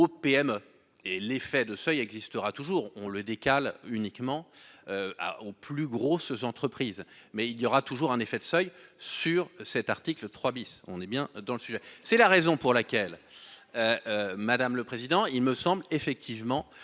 PME et l'effet de seuil existera toujours. On le décales uniquement. À aux plus grosses entreprises, mais il y aura toujours un effet de seuil sur cet article 3 bis. On est bien dans le sujet, c'est la raison pour laquelle. Madame le président. Il me semble effectivement